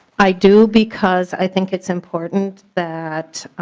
i do because i think it's important that